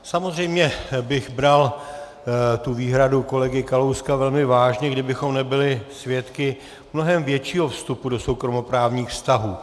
Samozřejmě bych bral tu výhradu kolegy Kalouska velmi vážně, kdybychom nebyli svědky mnohem většího vstupu do soukromoprávních vztahů.